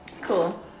Cool